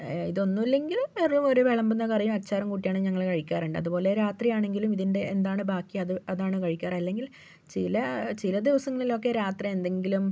ഇതൊന്നുമില്ലെങ്കിൽ വെറുമൊരു വിളമ്പുന്ന കറിയും അച്ചാറും കൂട്ടിയാണ് ഞങ്ങള് കഴിക്കാറുണ്ട് അതുപ്പോലെ രാത്രിയാണെങ്കിലും ഇതിൻ്റെ എന്താണ് ബാക്കി അതാണ് കഴിക്കാറ് അല്ലെങ്കിൽ ചില ചിലദിവസങ്ങളിലൊക്കെ രാത്രിയെന്തെങ്കിലും